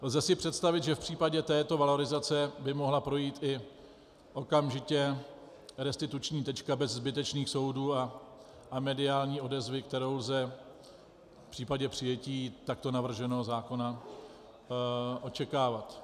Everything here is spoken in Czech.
Lze si představit, že v případě této valorizace by mohla projít i okamžitě restituční tečka bez zbytečných soudů a mediální odezvy, kterou lze v případě přijetí takto navrženého zákona očekávat.